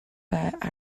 but